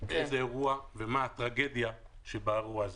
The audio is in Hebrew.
איזה אירוע ומה הטרגדיה שבאירוע הזה.